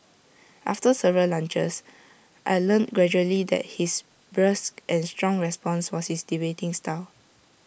after several lunches I learnt gradually that his brusque and strong response was his debating style